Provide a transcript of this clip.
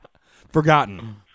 Forgotten